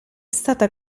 stata